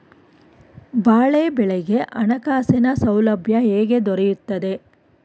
ಬಾಳೆ ಬೆಳೆಗೆ ಹಣಕಾಸಿನ ಸೌಲಭ್ಯ ಹೇಗೆ ದೊರೆಯುತ್ತದೆ?